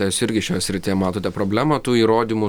aš irgi šioje srityje matote problemą tų įrodymų